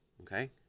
Okay